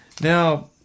Now